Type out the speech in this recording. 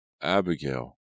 Abigail